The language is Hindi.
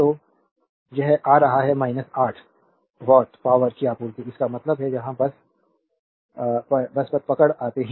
तो यह आ रहा है 8 वाट पावरकी आपूर्ति इसका मतलब है यहां बस पर पकड़ आते हैं